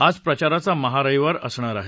आज प्रचाराचा महारविवार असणार आहे